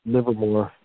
Livermore